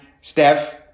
Steph